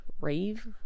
rave